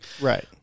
right